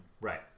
right